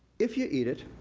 if you eat it,